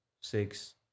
six